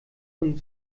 von